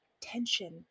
tension